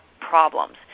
problems